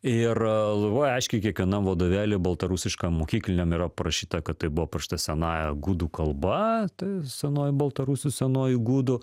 ir labai aiškiai kiekvienm vadovėly baltarusiškam mokykliniam yra parašyta kad tai buvo parašyta senąja gudų kalba tai senoji baltarusių senoji gudų